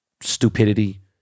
Stupidity